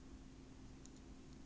ah around there lor